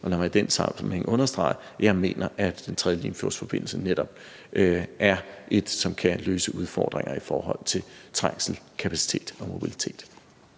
Og lad mig i den sammenhæng understrege, at jeg mener, at den tredje Limfjordsforbindelse netop er et projekt, som kan løse udfordringer i forhold til trængsel, kapacitet og mobilitet.